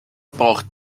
braucht